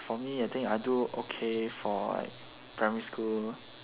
for me I think I do okay for primary school